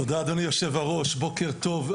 תודה אדוני יושב הראש, בוקר טוב.